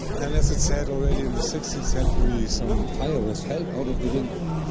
and as it's said, already in the sixteenth century some fire was held out of the window,